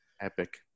Epic